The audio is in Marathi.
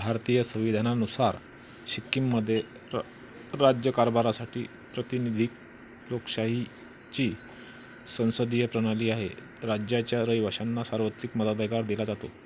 भारतीय संविधानानुसार सिक्कीममध्ये र राज्यकारभारासाठी प्रातिनिधिक लोकशाहीची संसदीय प्रणाली आहे राज्याच्या रहिवाशांना सार्वत्रिक मताधिकार दिला जातो